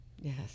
Yes